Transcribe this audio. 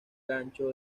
gancho